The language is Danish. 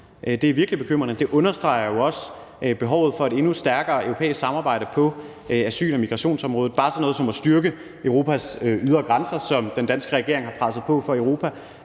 Det er virkelig bekymrende. Det understreger jo også behovet for et endnu stærkere europæisk samarbejde på asyl- og migrationsområdet. Bare sådan noget som at styrke Europas ydre grænser, og at vi styrker hjemsendelsen af